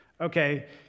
Okay